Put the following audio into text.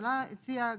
הממשלה הציעה